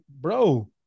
bro